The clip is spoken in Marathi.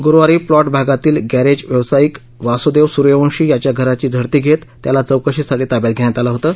गुरूवारी प्लॉट भागातील गॅरेज व्यावसायिक वासुदेव सुर्यवंशी याच्या घराची झडती घेत त्याला चौकशीसाठी ताब्यात घेतलं होतं